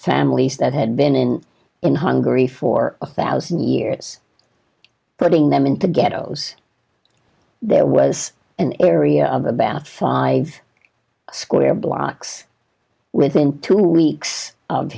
families that had been in hungary for a thousand years putting them into ghettos there was an area of about five square blocks within two weeks of